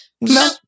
no